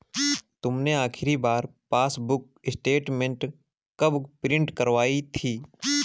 तुमने आखिरी बार पासबुक स्टेटमेंट कब प्रिन्ट करवाई थी?